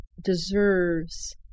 deserves